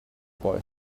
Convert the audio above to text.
boy